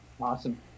Awesome